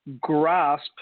grasp